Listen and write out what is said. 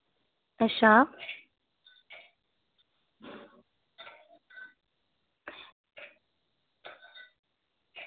अच्छा